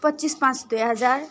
पच्चिस पाँच दुई हजार